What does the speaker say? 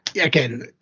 again